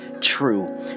true